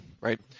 right